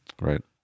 Right